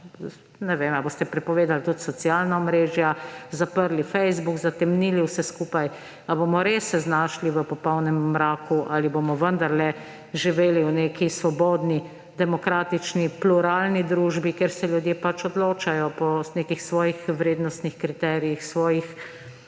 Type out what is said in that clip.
Ne vem, ali boste prepovedali tudi socialna omrežja, zaprli Facebook, zatemnili vse skupaj, ali se bomo res znašli v popolnem mraku ali bomo vendarle živeli v neki svobodni, demokratični, pluralni družbi, kjer se ljudje odločajo po nekih svojih vrednostnih kriterijih, svojih